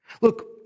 Look